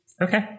Okay